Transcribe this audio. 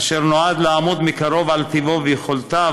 אשר נועד לעמוד מקרוב על טיבו ויכולותיו